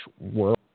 world